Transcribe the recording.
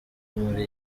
muri